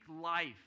life